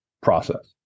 process